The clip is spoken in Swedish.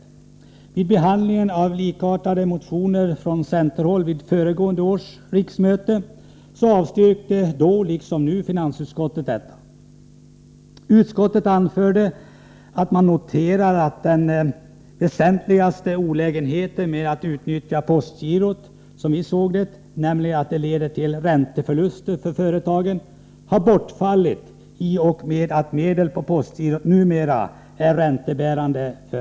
Även vid behandlingen av likartade motioner från centerhåll vid föregående års riksmöte avstyrkte finansutskottet motionskravet. Utskottet anförde att man noterat att den enligt vår uppfattning väsentligaste olägenheten med att utnyttja postgirot, nämligen att det leder till ränteförluster för företagen, hade bortfallit i och med att medel på postgirot numera är räntebärande.